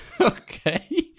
Okay